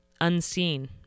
unseen